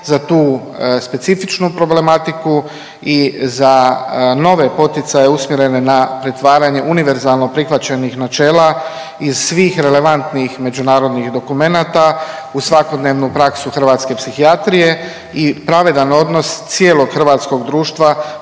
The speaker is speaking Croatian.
za tu specifičnu problematiku i za nove poticaje usmjerene na pretvaranje univerzalno prihvaćenih načela i svih relevantnih međunarodnih dokumenata u svakodnevnu praksu hrvatske psihijatrije i pravedan odnos cijelog hrvatskog društva